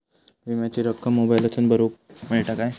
विमाची रक्कम मोबाईलातसून भरुक मेळता काय?